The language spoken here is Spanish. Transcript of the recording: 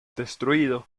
destruido